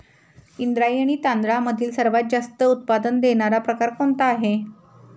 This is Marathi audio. इंद्रायणी तांदळामधील सर्वात जास्त उत्पादन देणारा प्रकार कोणता आहे?